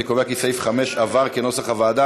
אני קובע כי סעיף 5 התקבל כנוסח הוועדה.